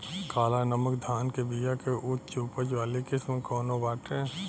काला नमक धान के बिया के उच्च उपज वाली किस्म कौनो बाटे?